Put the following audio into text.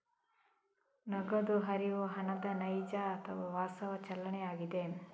ನಗದು ಹರಿವು ಹಣದ ನೈಜ ಅಥವಾ ವಾಸ್ತವ ಚಲನೆಯಾಗಿದೆ